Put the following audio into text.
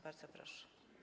Bardzo proszę.